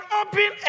open